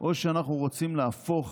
או שאנחנו רוצים להפוך